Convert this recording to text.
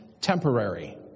Temporary